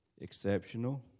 exceptional